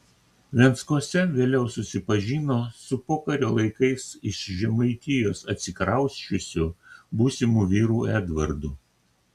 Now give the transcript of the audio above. venckuose vėliau susipažino su pokario laikais iš žemaitijos atsikrausčiusiu būsimu vyru edvardu